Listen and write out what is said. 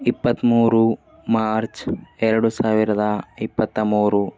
ಇಪ್ಪತ್ಮೂರು ಮಾರ್ಚ್ ಎರಡು ಸಾವಿರದ ಇಪ್ಪತ್ತ ಮೂರು